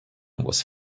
was